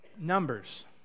numbers